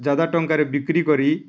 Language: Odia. ଜାଦା ଟଙ୍କାରେ ବିକ୍ରି କରି